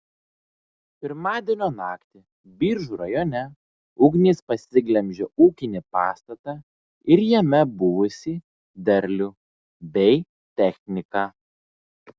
pirmadienio naktį biržų rajone ugnis pasiglemžė ūkinį pastatą ir jame buvusį derlių bei techniką